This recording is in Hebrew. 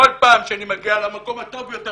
כל פעם שאני מגיע למקום הטוב ביותר